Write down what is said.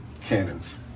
cannons